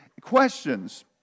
questions